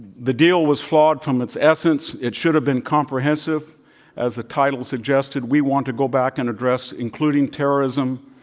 the deal was flawed from its essence. it should have been comprehensive as a title suggested. we want to go back and address including terrorism.